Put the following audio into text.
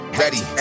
ready